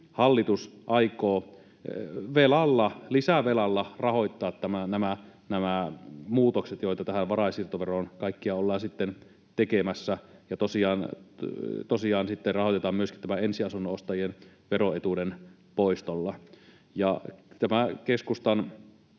hallitus aikoo velalla, lisävelalla, rahoittaa nämä muutokset, joita tähän varainsiirtoveroon kaikkiaan ollaan sitten tekemässä, ja tosiaan sitten rahoitetaan myöskin tällä ensiasunnon ostajien veroetuuden poistolla. Tämä keskustan